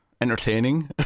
entertaining